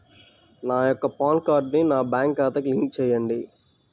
నా యొక్క పాన్ కార్డ్ని నా బ్యాంక్ ఖాతాకి లింక్ చెయ్యండి?